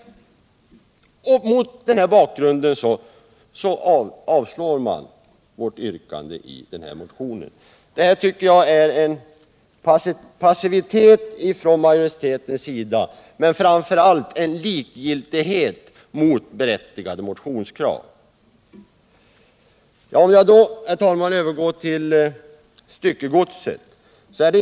Mot den här bakgrunden avstyrker utskottet vårt yrkande. Det vittnar, tycker jag, om passivitet från utskottsmajoritetens sida, men framför allt om likgiltighet inför berättigade motionskrav.